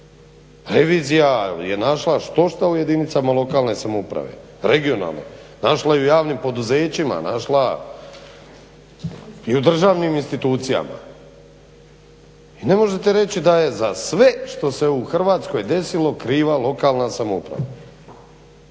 Revizija je našla štošta u jedinicama lokalne samouprave, regionalne. Našla je i u javnim poduzećima, našla i u državnim institucijama. I ne možete reći da je za sve što se u Hrvatskoj desilo kriva lokalna samouprava.